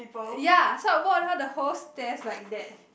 ya so I walk around the whole stairs like that